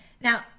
now